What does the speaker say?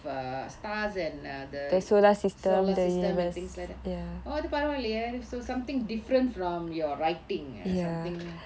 stars and err the solar system and things like that oh அது பரவாலேயே:athu paravaalayae so something different from your writing ah something